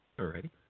Alrighty